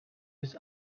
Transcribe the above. his